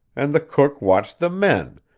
and the cook watched the men,